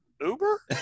Uber